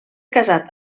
casat